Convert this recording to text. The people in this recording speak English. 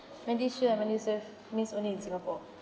MediShield and MediSave means only in singapore